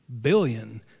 billion